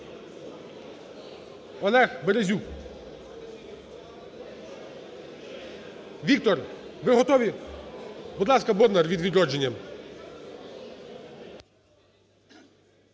Олег Березюк. Віктор, ви готові? Будь ласка, Бондар від "Відродження".